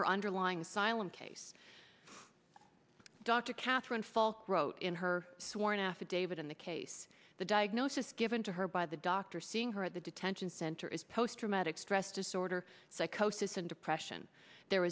her underlying silent case dr catherine fall wrote in her sworn affidavit in the case the diagnosis given to her by the doctor seeing her at the detention center is post traumatic stress disorder psychosis and depression there